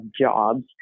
jobs